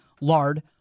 Lard